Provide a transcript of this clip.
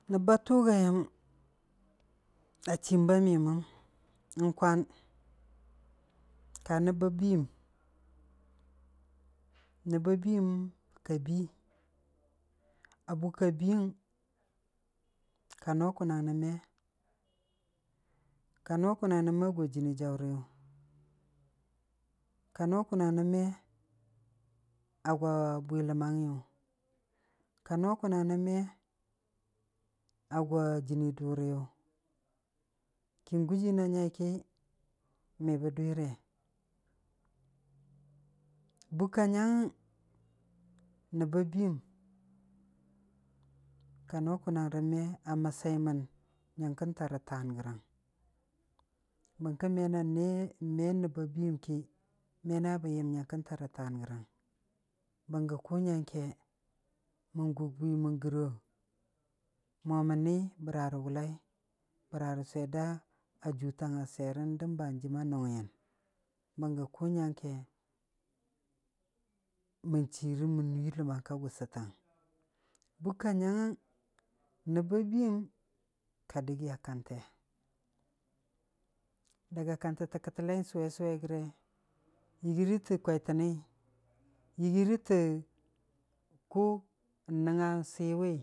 Nəb ba tʊgaiyəm a chiim ba miyəməm, n'kwan, ka nəb ba biiyam, nab ba biiyam ka bii a bukka biiyəng ka no kʊnong nən me, ka no kʊnong nən me a gwa jɨnii jaʊriyʊ, ka no kʊnong nən me a gwa bwi ləmmangngiyʊ, ka no kʊnong nən me a gwa jɨnii dʊriyʊ, kən gujii na nyai ki me bə dwire, bukka nyangngəng, nəb ba biiyəm, ka no kʊnong nən me a məssaimən nyəngkən tarə taan gərang, barkə me nan me- me nəb ba biiyəm ki me na bən yəm nyong kən tarə taan gərəng bəng ga kʊ nyang nyəng ke, mən gug mən gɨrro mo mən ni bəra rə wʊllai, bəra ra swiyer da juutang a swiyerən də ba hanjiima nʊngngi yəh. Bənggə kʊ nyang nyəngke, mən chiira mən nuii ləmmang ka gʊsʊtəng. Bukka nyangngəng, nəb ba biiyəm ka dəggiya kante, daga kantə tə kələlei suwe sʊwei gəre, yɨgiira tə kwaitəni, yɨgiirə kə kʊnəngnga si wi.